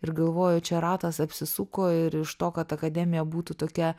ir galvoju čia ratas apsisuko ir iš to kad akademija būtų tokia